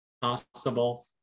possible